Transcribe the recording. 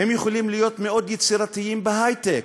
הם יכולים להיות מאוד יצירתיים בהיי-טק,